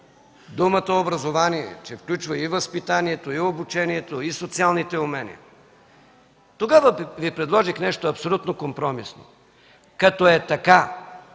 думата „образование”, че включва и възпитанието, и обучението, и социалните умения. Тогава Ви предложих нещо абсолютно компромисно. Като е така,